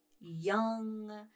young